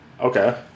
okay